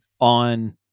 on